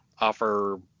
offer